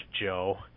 Joe